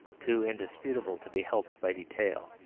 too indisputable to be helped by detail.